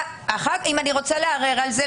אם אני רוצה לערער על זה,